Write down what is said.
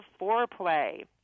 foreplay